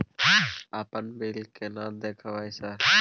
अपन बिल केना देखबय सर?